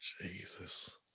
Jesus